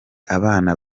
abana